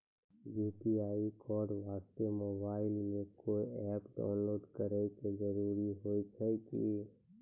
UPI code वास्ते mobile मे कोय एप्प डाउनलोड करे के जरूरी होय छै की?